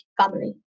Family